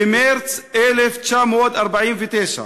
במרס 1949,